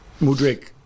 Mudrik